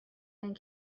and